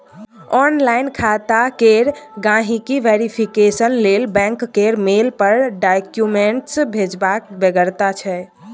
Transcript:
online खाता केर गांहिकी वेरिफिकेशन लेल बैंक केर मेल पर डाक्यूमेंट्स भेजबाक बेगरता छै